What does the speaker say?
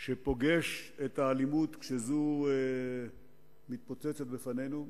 שפוגש את האלימות כשזו מתפוצצת בפנינו,